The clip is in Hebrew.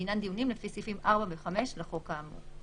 לעניין דיונים לפי סעיפים 4 ו-5 לחוק האמור,